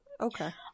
Okay